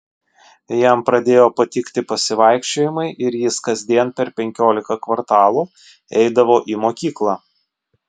jam pradėjo patikti pasivaikščiojimai ir jis kasdien per penkiolika kvartalų eidavo į mokyklą